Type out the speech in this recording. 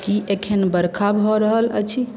की एखन वर्षा भऽ रहल अछि